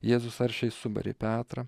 jėzus aršiai subarė petrą